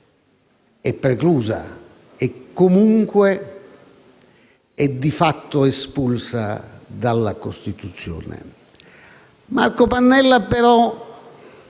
è preclusa e comunque è di fatto espulsa dalla Costituzione. Marco Pannella però